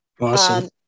Awesome